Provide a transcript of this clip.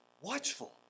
watchful